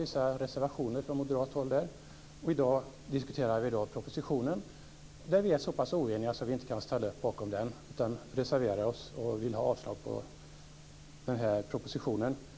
Vi tycker att den är alldeles utmärkt. Det finns inget skäl att gå i opposition.